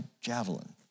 javelin